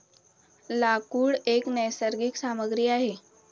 लाकूड एक नैसर्गिक सामग्री आहे